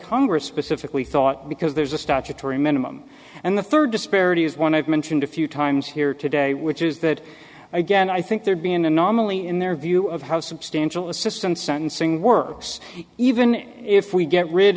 congress specifically thought because there's a statutory minimum and the third disparity is one i've mentioned a few times here today which is that again i think there be an anomaly in their view of how substantial assistance sentencing works even if we get rid